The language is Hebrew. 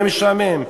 יהיה משעמם.